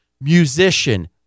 musician